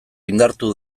indartu